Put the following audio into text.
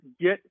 get